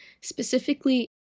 specifically